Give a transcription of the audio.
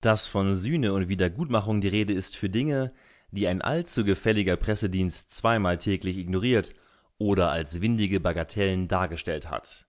daß von sühne und wiedergutmachung die rede ist für dinge die ein allzu gefälliger pressedienst zweimal täglich ignoriert oder als windige bagatellen dargestellt hat